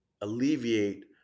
alleviate